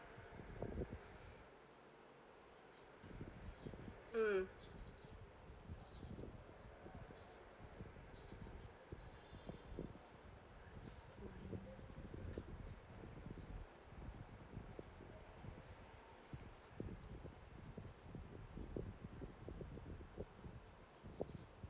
mm